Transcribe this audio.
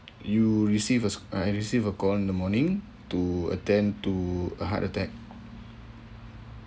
you receive a uh I receive a call in the morning to attend to a heart attack